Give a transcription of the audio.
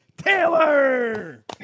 Taylor